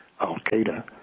al-Qaeda